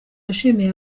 yashimiye